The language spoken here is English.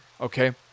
okay